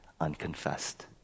unconfessed